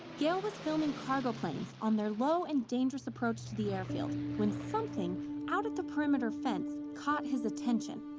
gail was filming cargo planes on their low and dangerous approach to the airfield when something out of the perimeter fence caught his attention.